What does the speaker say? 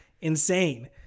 insane